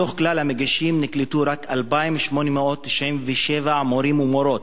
מתוך כלל המגישים נקלטו רק 2,897 מורים ומורות,